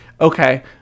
Okay